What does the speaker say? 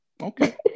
Okay